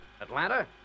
Atlanta